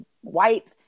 white